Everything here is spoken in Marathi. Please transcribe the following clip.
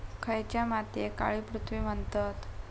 खयच्या मातीयेक काळी पृथ्वी म्हणतत?